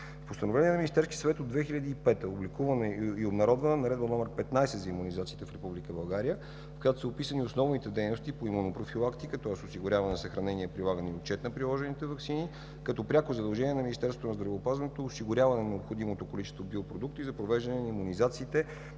Постановление на Министерския съвет от 2005 г., публикувана и обнародвана Наредба № 15 за имунизациите в Република България, в която са описани основните дейности по имунопрофилактиката – осигуряване, съхранение, прилагане и отчет на приложените ваксини – като пряко задължение на Министерството на здравеопазването, е осигуряването на необходимото количество биопродукти за провеждане на имунизациите